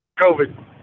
COVID